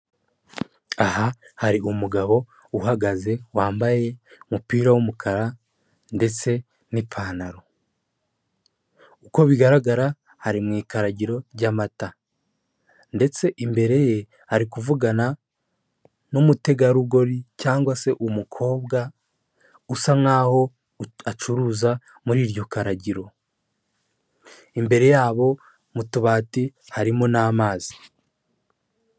Aha hari umugabo uhagaze wambaye umupira w'umukara ndetse n'ipantaro uko bigaragara ari mu ikaragiro ry'amata ndetse imbere ye ari kuvugana n'umutegarugori cyangwa se umukobwa usa nk'aho acuruza muri iryo karagiro imbere yabo mu tubati harimo n'amazi.